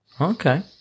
Okay